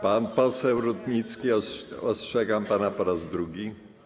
Pan poseł Rutnicki - ostrzegam pana po raz drugi.